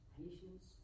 patience